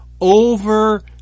over